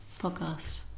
podcast